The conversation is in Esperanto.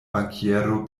bankiero